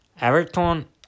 Everton